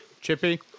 Chippy